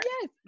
yes